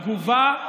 התגובה,